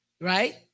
Right